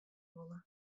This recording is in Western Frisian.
wolle